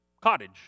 cottage